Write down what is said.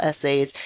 essays